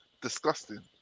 Disgusting